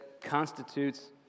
constitutes